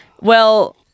Well-